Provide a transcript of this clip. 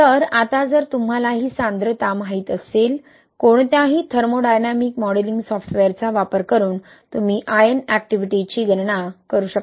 तर आता जर तुम्हाला ही सांद्रता माहीत असेल कोणत्याही थर्मोडायनामिक मॉडेलिंग सॉफ्टवेअरचा वापर करून तुम्ही आयन एक्टिविटीची गणना करू शकता